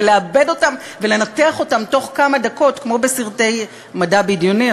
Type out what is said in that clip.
לעבד אותם ולנתח אותם בתוך כמה דקות כמו בסרטי מדע בדיוני.